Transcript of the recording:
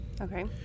Okay